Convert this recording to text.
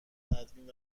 تدوین